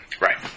right